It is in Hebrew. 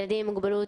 ילדים עם מוגבלות,